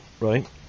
right